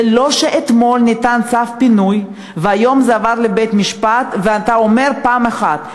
זה לא שאתמול ניתן צו פינוי והיום זה עבר לבית-המשפט ואתה אומר פעם אחת.